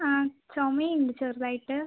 ആ ചുമ ഉണ്ട് ചെറുതായിട്ട്